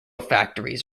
factories